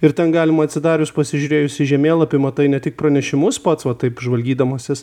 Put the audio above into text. ir ten galima atsidarius pasižiūrėjus į žemėlapį matai ne tik pranešimus pats va taip žvalgydamasis